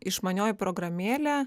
išmanioji programėlė